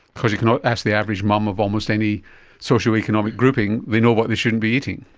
because you can ask the average mum of almost any socio-economic grouping, they know what they shouldn't be eating.